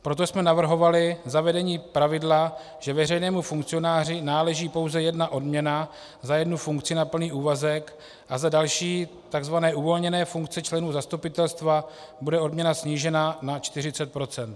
Proto jsme navrhovali zavedení pravidla, že veřejnému funkcionáři náleží pouze jedna odměna za jednu funkci na plný úvazek a za další tzv. uvolněné funkce členů zastupitelstva bude odměna snížena na 40 %.